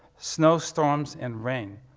snowstorms, and rain.